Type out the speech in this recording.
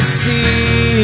see